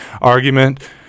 argument